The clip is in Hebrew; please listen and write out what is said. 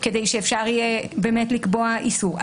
כדי שאפשר יהיה לקבוע איסור.